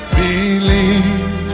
believe